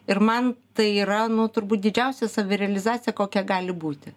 ir man tai yra nu turbūt didžiausia savirealizacija kokia gali būti